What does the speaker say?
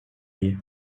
iyi